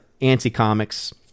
Anti-Comics